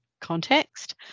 context